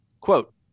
Quote